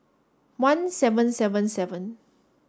one seven seven seven